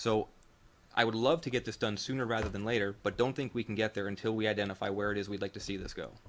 so i would love to get this done sooner rather than later but don't think we can get there until we identify where it is we'd like to see this go